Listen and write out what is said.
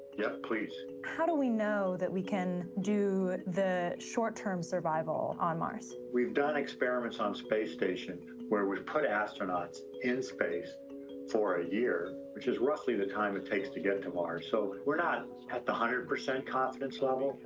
yeah, please. how do we know that we can do the short-term survival on mars? we've done experiments on space station where we've put astronauts in space for a year, which is roughly the time it takes to get to mars. so, we're not at the hundred percent confidence level,